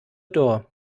door